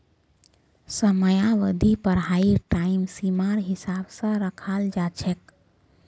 समयावधि पढ़ाईर टाइम सीमार हिसाब स रखाल जा छेक